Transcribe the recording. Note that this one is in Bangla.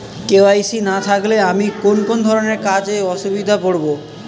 কে.ওয়াই.সি না থাকলে আমি কোন কোন ধরনের কাজে অসুবিধায় পড়ব?